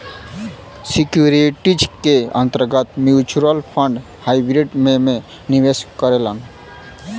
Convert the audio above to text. securities के अंतर्गत mutual fund hybrid में में निवेश करेलन